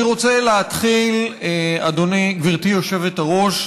אני רוצה להתחיל, גברתי היושבת-ראש,